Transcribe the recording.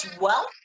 wealth